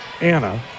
Anna